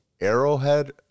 Arrowhead